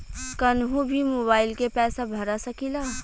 कन्हू भी मोबाइल के पैसा भरा सकीला?